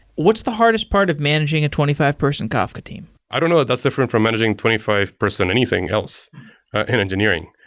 what's the hardest part of managing a twenty five person kafka team? i don't know. that's different from managing twenty five person anything else and engineering.